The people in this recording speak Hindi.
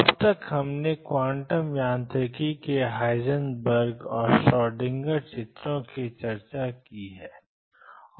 अब तक हमने क्वांटम यांत्रिकी के हाइजेनबर्ग और श्रोडिंगर चित्रों की चर्चा की है